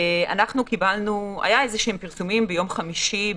היו פרסומים ביום חמישי,